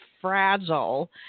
fragile